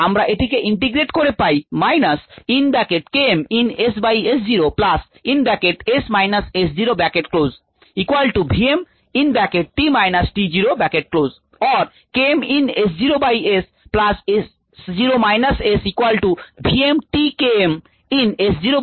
আমরা এটিকে ইন্টিগ্রেট করে পাই